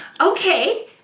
Okay